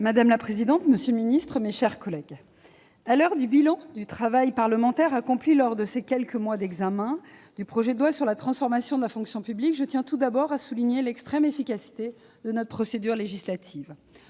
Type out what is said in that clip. Madame la présidente, monsieur le secrétaire d'État, mes chers collègues, à l'heure du bilan du travail parlementaire accompli lors de ces quelques mois d'examen du projet de loi de transformation de la fonction publique, je tiens, tout d'abord, à souligner l'extrême efficacité de notre procédure législative.